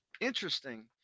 Interesting